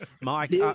Mike